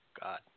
god